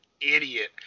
idiot